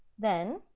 then,